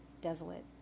desolate